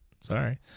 sorry